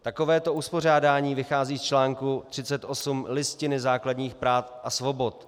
Takovéto uspořádání vychází z článku 38 Listiny základních práv a svobod.